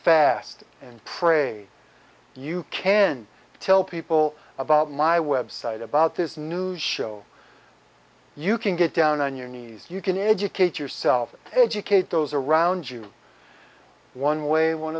fast and pray you can tell people about my website about this news show you can get down on your knees you can educate yourself and educate those around you one way one